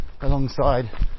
alongside